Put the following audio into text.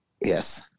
Yes